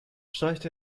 streicht